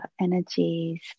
energies